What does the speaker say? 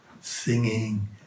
singing